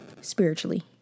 spiritually